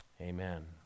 Amen